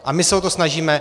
A my se o to snažíme.